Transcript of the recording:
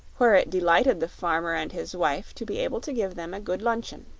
where it delighted the farmer and his wife to be able to give them a good luncheon.